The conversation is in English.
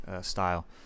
style